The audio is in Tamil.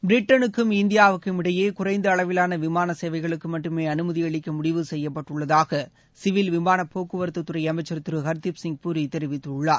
பிரிட்டனுக்கும் இந்தியாவுக்கும் இடையே குறைந்த அளவிலான விமான சேவைகளுக்கு மட்டுமே அமைதி அளிக்க முடிவு செய்யப்பட்டுள்ளதாக சிவில் விமான போக்குவரத்துறை அமைச்சர் திரு திரு ஹர்தீப் சிங் பூரி தெரிவித்துள்ளார்